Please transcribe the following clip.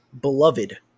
beloved